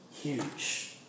huge